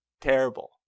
terrible